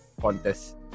Contest